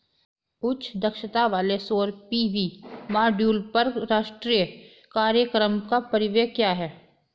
उच्च दक्षता वाले सौर पी.वी मॉड्यूल पर राष्ट्रीय कार्यक्रम का परिव्यय क्या है?